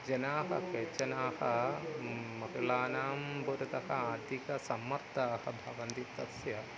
जनाः केचन महिलानां पुरतः अधिकसम्मर्दाः भवन्ति तस्य